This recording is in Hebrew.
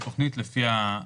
לפני חודשיים,